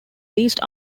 least